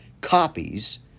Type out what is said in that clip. copies